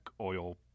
oil